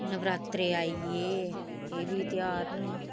नबरात्रे आई गे ऐ बी ध्यार ना